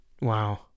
Wow